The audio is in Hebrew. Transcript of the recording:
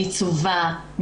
מיצובה,